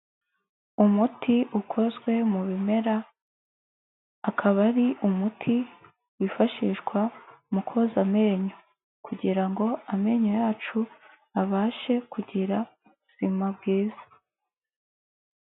Umuti ukozwe mu bimera, akaba ari umuti wifashishwa mu koza amenyo, kugira ngo amenyo yacu abashe kugira ubuzima bwiza.